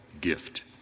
gift